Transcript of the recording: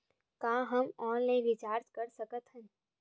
का हम online recharge कर सकत हन?